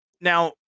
Now